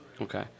okay